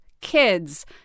Kids